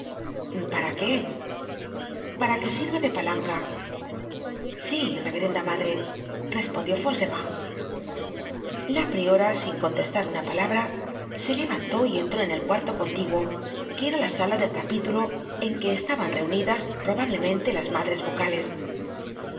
para qué para que sirva de palanca sí reverenda madre respondió fauchelevent la priora sin contestar una palabra se levantó y entró en el cuarto contiguo que era la sala del capítulo en que estaban reunidas probablemente las madres vocales